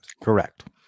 correct